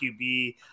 QB